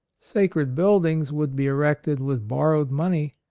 sacred buildings would be erected with borrowed money,